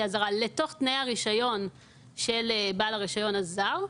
הזרה לתוך תנאי הרישיון של בעל הרישיון הזר,